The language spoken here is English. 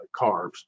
carbs